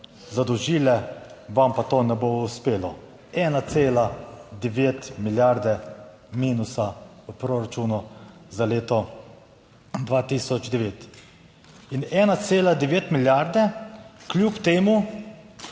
zadolžile, vam pa to ne bo uspelo 1,9 milijarde minusa v proračunu za leto 2009. In 1,9 milijarde kljub temu,